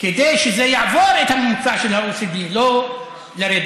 כדי שזה יעבור את הממוצע של OECD, לא לרדת.